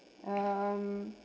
um